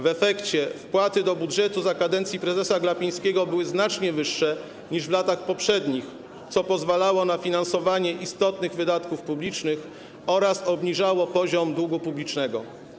W efekcie wpłaty do budżetu za kadencji prezesa Glapińskiego były znacznie wyższe, niż w latach poprzednich, co pozwalało na finansowanie istotnych wydatków publicznych oraz obniżało poziom długu publicznego.